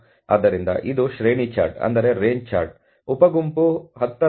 ಆದ್ದರಿಂದ ಇದು ಶ್ರೇಣಿ ಚಾರ್ಟ್ ಉಪ ಗುಂಪು 10ರ ಮೇಲಿನ ನಿಯಂತ್ರಣ ಮಿತಿಗಿಂತ ಉತ್ತಮವಾಗಿದೆ